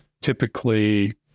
Typically